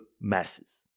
masses